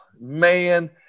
man